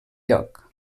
lloc